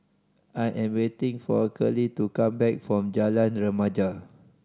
I am waiting for Curley to come back from Jalan Remaja